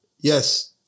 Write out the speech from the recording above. Yes